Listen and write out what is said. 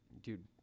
Dude